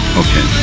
okay